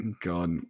God